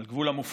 על גבול המופרע,